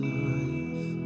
life